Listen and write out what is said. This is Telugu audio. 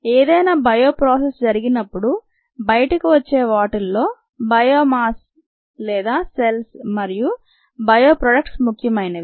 ఏదైనా బయో ప్రాసెస్ జరిగినప్పుడు బయటకు వచ్చే వాటిల్లో బయోమాస్ లేదా సెల్స్ మరియు బయో ప్రాడక్ట్స్ ముఖ్యమైనవి